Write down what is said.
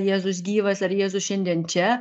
jėzus gyvas ar jėzus šiandien čia